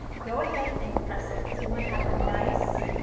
go ahead and press it because we want to have a nice